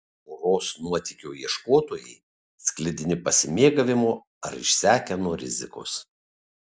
poros nuotykio ieškotojai sklidini pasimėgavimo ar išsekę nuo rizikos